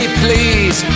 please